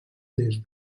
des